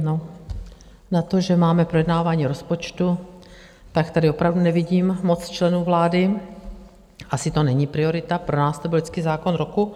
No, na to, že máme projednávání rozpočtu, tak tady opravdu nevidím moc členů vlády, asi to není priorita pro nás to byl vždycky zákon roku.